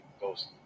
Ghost